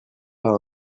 pas